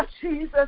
Jesus